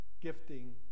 gifting